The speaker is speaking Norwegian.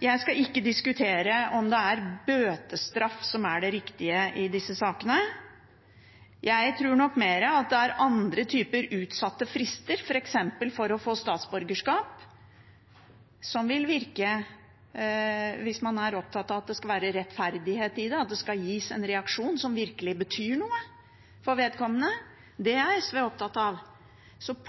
Jeg skal ikke diskutere om det er bøtestraff som er det riktige i disse sakene. Jeg tror nok mer at det er andre typer tiltak, f.eks. utsatte frister for å få statsborgerskap, som vil virke, hvis man er opptatt av at det skal være rettferdighet i det, at det skal gis en reaksjon som virkelig betyr noe for vedkommende. Det er SV opptatt av.